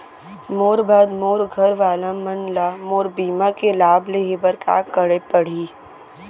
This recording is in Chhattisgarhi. मोर बाद मोर घर वाला मन ला मोर बीमा के लाभ लेहे बर का करे पड़ही?